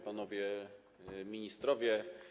Panowie Ministrowie!